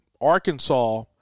Arkansas –